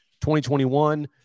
2021